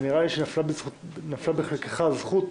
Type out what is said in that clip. נראה לי שנפלה בחלקך הזכות